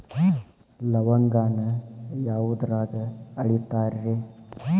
ಲವಂಗಾನ ಯಾವುದ್ರಾಗ ಅಳಿತಾರ್ ರೇ?